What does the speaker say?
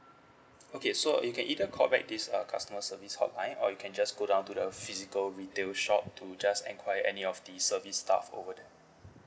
okay so you can either call back this uh customer service hotline or you can just go down to the physical retail shop to just enquire any of the service staff over there